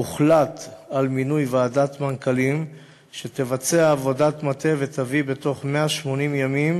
הוחלט על מינוי ועדת מנכ"לים שתעשה עבודת מטה ותביא בתוך 180 ימים